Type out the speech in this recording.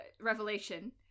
revelation